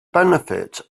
benefit